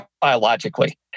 biologically